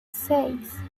seis